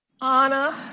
Anna